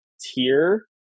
tier